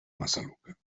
massaluca